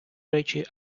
речі